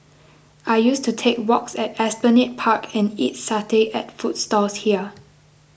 I used to take walks at Esplanade Park and eat satay at food stalls here